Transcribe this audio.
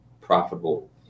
profitable